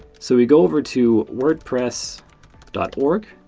so we go over to wordpress org,